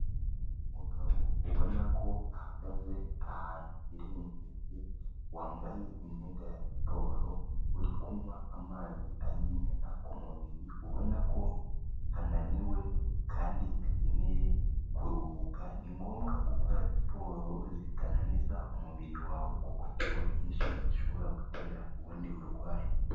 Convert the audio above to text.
Umugabo ubona ko ahagaze ahantu hirengeye, wambaye imyenda ya siporo uri kunywa amazi ayimena ku mubiri ubona ko ananiwe kandi akeneye kuruhuka, ni ngombwa gukora siporo zitananiza umubiri wawe kuko siporo nyinshi zishobora gutera ubundi burwayi.